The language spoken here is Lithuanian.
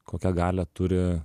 kokią galią turi